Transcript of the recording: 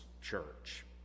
church